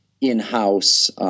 in-house